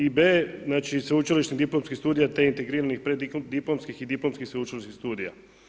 I b., znači sveučilišnih diplomskih studija te integriranih prediplomskih i diplomskih sveučilišnih studija.